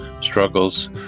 struggles